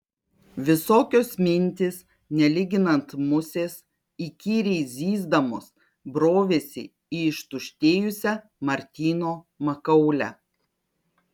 visokios mintys nelyginant musės įkyriai zyzdamos brovėsi į ištuštėjusią martyno makaulę